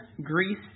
Greece